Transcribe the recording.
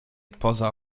poza